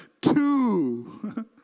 Two